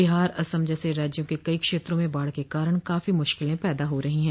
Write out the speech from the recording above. बिहार असम जैसे राज्यों के कई क्षेत्रों में बाढ़ के कारण काफी मुश्किलें पैदा हो रहीं हैं